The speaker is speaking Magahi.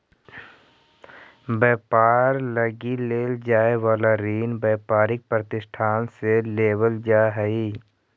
व्यापार लगी लेल जाए वाला ऋण व्यापारिक प्रतिष्ठान से लेवल जा हई